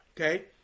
okay